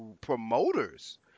promoters